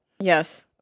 yes